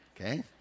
okay